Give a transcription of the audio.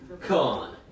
Con